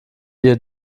ihr